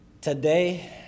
Today